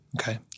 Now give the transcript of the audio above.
Okay